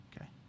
okay